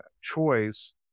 choice